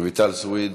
רויטל סויד,